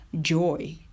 joy